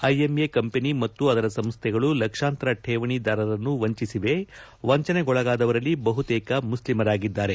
IMA company ಮತ್ತು ಅದರ ಸಂಸ್ಥೆಗಳು ಲಕ್ಷಾಂತರ ಠೇವಣಿದಾರರನ್ನು ವಂಚಿಸಿದೆ ವಂಚನೆಗೊಳಗಾದವರಲ್ಲಿ ಬಹುತೇಕ ಮುಸ್ಲಿಂರಾಗಿದ್ದಾರೆ